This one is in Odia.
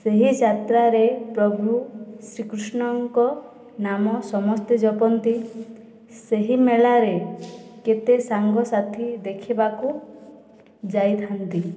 ସେହି ଯାତ୍ରାରେ ପ୍ରଭୁ ଶ୍ରୀକୃଷ୍ଣଙ୍କ ନାମ ସମସ୍ତେ ଜପନ୍ତି ସେହି ମେଳାରେ କେତେ ସାଙ୍ଗସାଥି ଦେଖିବାକୁ ଯାଇଥାନ୍ତି